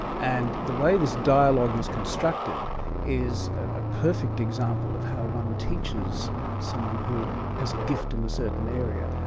and the way this dialogue is constructed is a perfect example of how one teaches someone who has a gift in a certain area.